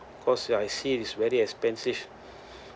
cause I see is very expensive